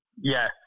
Yes